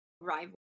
rival